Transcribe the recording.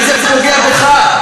וזה פוגע בך,